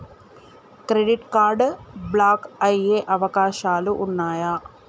Credit card block అయ్యే అవకాశాలు ఉన్నయా?